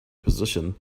position